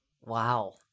Wow